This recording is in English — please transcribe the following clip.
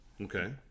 Okay